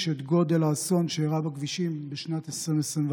את גודל האסון שאירע בכבישים בשנת 2021: